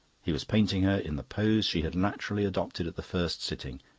he was painting her in the pose she had naturally adopted at the first sitting.